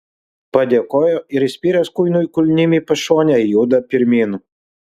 padėkojo ir įspyręs kuinui kulnim į pašonę juda pirmyn